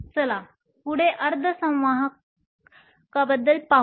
चला पुढे अर्धसंवाहक पाहू